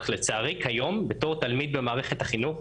אך לצערי כיום להיות תלמיד במערכת החינוך,